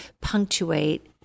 punctuate